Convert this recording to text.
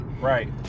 Right